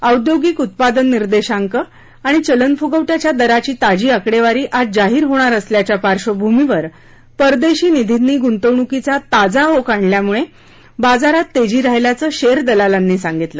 औद्योगिक उत्पादन निर्देशांक आणि चलनफुगवट्याच्या दराची ताजी आकडेवारी आज जाहीर होणार असल्याच्या पार्श्वभूमीवर परदेशी निधींनी गृंतवणूकीचा ताजा ओघ आणल्यामुळे बाजारात तेजी राहिल्याचं शेअर दलालांनी सांगितलं